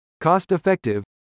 cost-effective